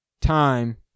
time